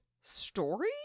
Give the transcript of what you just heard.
story